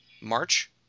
March